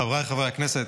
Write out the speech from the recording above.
חבריי חברי הכנסת,